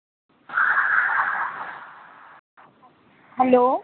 hello